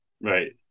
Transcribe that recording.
Right